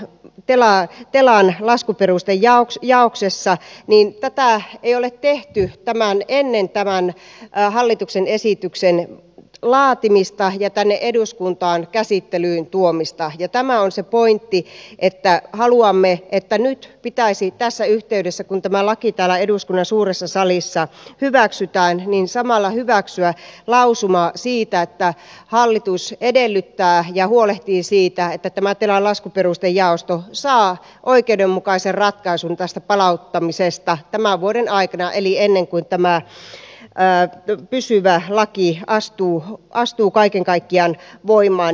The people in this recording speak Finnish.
se pelaa nyt käsitellään siellä työeläkevakuuttajien telan laskuperustejaoksessa niin tätä ei ole tehty ennen tämän hallituksen esityksen laatimista ja tänne eduskuntaan käsittelyyn tuomista ja tämä on se pointti että haluamme että nyt pitäisi tässä yh teydessä kun tämä laki täällä eduskunnan suuressa salissa hyväksytään samalla hyväksyä lausuma siitä että hallitus edellyttää ja huolehtii siitä että tämä telan laskuperustejaos saa oikeudenmukaisen ratkaisun tästä palauttamisesta tämän vuoden aikana eli ennen kuin tämä pysyvä laki astuu kaiken kaikkiaan voimaan